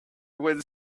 went